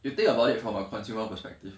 you think about it from our consumer perspective